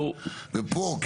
ופה,